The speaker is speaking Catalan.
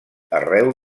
arreu